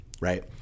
Right